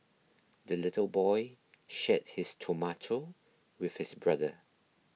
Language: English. the little boy shared his tomato with his brother